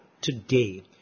today